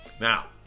Now